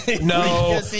no